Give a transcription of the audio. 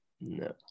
No